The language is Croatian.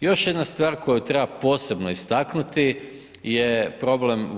Još jedna stvar koju treba posebno istaknuti je problem